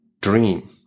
dream